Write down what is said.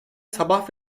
sabah